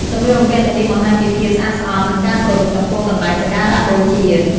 សម្លៀកបំពាក់ទាំងនេះបង្ហាញពីភាពស្អាតស្អំ និងការគោរពចំពោះកន្លែងសក្ការៈបូជា។